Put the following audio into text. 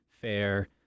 Fair